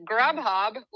Grubhub